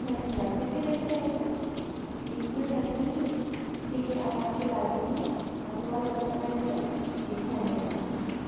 धन्यवाद कितने देर में लाएंगे बीस मिनट लग जाएंगे ठीक है आप वहाँ से ला दीजिए अग्रवाल रेस्टोरेंट से जी धन्यवाद